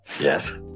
Yes